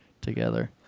together